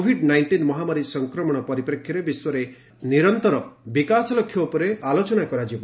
Covid nineteen ମହାମାରୀ ସଂକ୍ରମଣ ପରିପ୍ରେକ୍ଷୀରେ ବିଶ୍ୱରେ ନିରନ୍ତର ବିକାଶ ଲକ୍ଷ୍ୟ ଉପରେ ଆଲୋଚନା କରାଯିବ